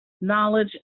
knowledge